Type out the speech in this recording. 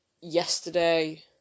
Yesterday